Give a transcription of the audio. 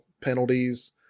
penalties